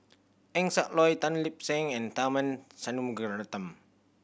Eng Siak Loy Tan Lip Seng and Tharman Shanmugaratnam